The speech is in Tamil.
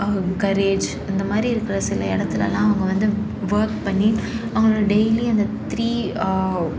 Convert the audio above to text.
கரேஜ் இந்த மாதிரி இருக்கிற சில இடத்துலலாம் அவங்க வந்து ஒர்க் பண்ணி அவங்களோடய டெய்லி அந்த த்ரீ